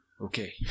Okay